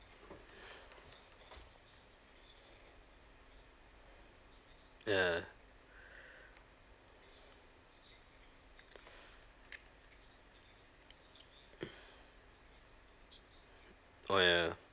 ya oh ya